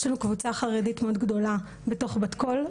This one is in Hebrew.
יש לנו קבוצה חרדית מאוד גדולה בתוך בת קול,